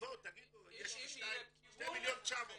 תגידו יש לנו 2.9 מיליון,